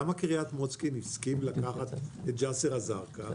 למה קרית מוצקין הסכים לקחת את ג'סר א-זרקא?